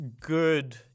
good